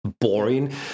boring